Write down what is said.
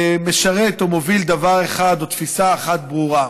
משרתים או מובילים תפיסה אחת ברורה: